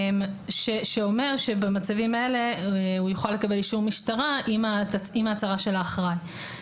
שאומר שבמצבים האלה הוא יוכל לקבל אישור משטרה עם ההצהרה של האחראי.